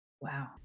wow